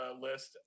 list